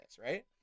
Right